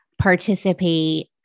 participate